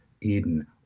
Eden